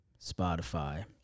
spotify